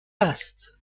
است